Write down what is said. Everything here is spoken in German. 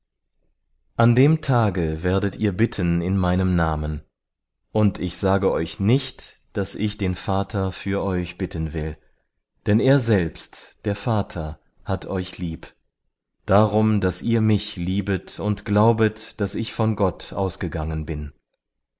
an dem tage werdet ihr bitten in meinem namen und ich sage euch nicht daß ich den vater für euch bitten will denn er selbst der vater hat euch lieb darum daß ihr mich liebet und glaubet daß ich von gott ausgegangen bin